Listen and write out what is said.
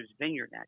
Vineyard